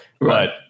Right